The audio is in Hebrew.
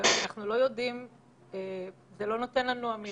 לבידוד ל-14 יום, אנחנו יודעים שזה לא 14 יום.